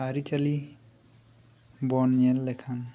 ᱟᱹᱨᱤ ᱪᱟᱹᱞᱤ ᱵᱩᱱ ᱧᱮᱞ ᱞᱮᱠᱷᱟᱱ